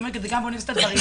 גם באוניברסיטת בר-אילן,